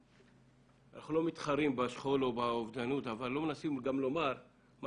אנחנו לא מתחרים בשכול ולא מנסים גם לומר מה